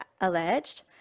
alleged